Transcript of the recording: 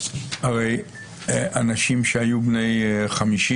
הרי אנשים שהיו בני 50